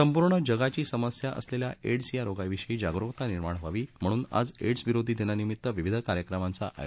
संपूर्ण जगाची समस्या असलेल्या एड्स या रोगा विषयी जागरूकता निर्माण व्हावी म्हणून आज एड्स विरोधी दिनानिमित्त विविध कार्यक्रमाचं आयोजन करण्यात आलं आहे